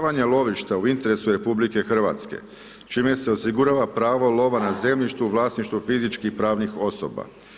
lovišta u interesu je RH čime se osigurava pravo lova na zemljištu u vlasništvu fizičkih pravnih osoba.